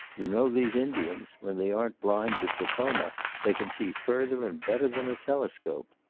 you know these indians. when they aren't blind with trachoma they can see further and better than a telescope.